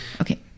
Okay